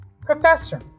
Professor